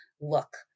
look